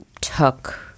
took